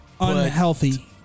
unhealthy